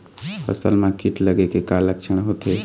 फसल म कीट लगे के का लक्षण होथे?